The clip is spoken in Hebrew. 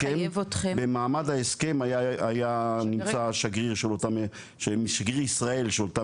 במעמד ההסכם היה נמצא שגריר ישראל של אותה